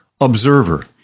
observer